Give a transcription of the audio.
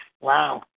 Wow